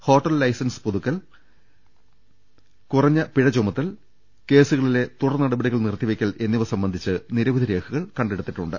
hotel licence ക്രമക്കേട് കുറഞ്ഞ പിഴ ചുമത്തൽ കേസുകളിലെ തുടർ നടപടികൾ നിർത്തി വെയ്ക്കൽ എന്നിവ സംബന്ധിച്ച നിരവധി രേഖകൾ കണ്ടെടുത്തിട്ടുണ്ട്